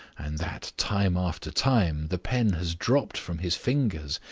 and that, time after time, the pen has dropped from his fingers.